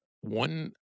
one